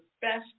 best